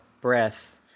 breath